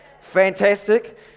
Fantastic